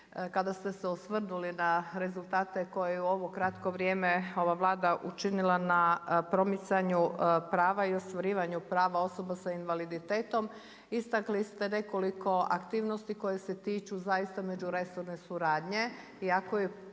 kada ste se osvrnuli na rezultate koje u ovo kratko vrijeme ova Vlada učinila na promicanju prava i ostvarivanju prava osoba s invaliditetom, istakli ste nekoliko aktivnosti koje se tiču zaista međuresorne suradnje iako je